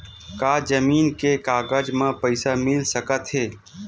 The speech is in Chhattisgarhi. का जमीन के कागज म पईसा मिल सकत हे?